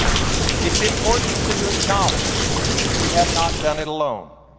it's important to acknowledge that you had not done it alone.